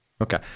Okay